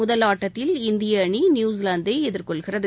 முதல் ஆட்டத்தில் இந்திய அணி நியூசிலாந்தை எதிர்கொள்கிறது